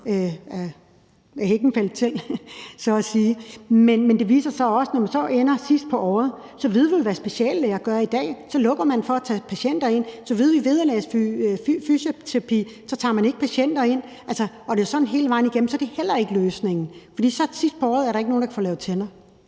Men man ved også, når man så kommer til sidst på året, hvad speciallæger gør i dag. De lukker for at tage patienter ind. Så med vederlagsfri fysioterapi tager man ikke patienter ind, og sådan er det hele vejen igennem. Så det er heller ikke løsningen, for så er der ikke nogen, der kan få lavet tænder